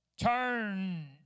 Turn